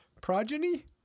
Progeny